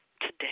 Today